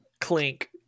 Clink